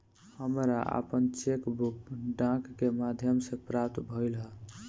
हमरा आपन cheque book डाक के माध्यम से प्राप्त भइल ह